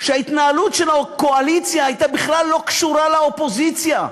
שההתנהלות של הקואליציה בכלל לא הייתה קשורה לאופוזיציה,